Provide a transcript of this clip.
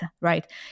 right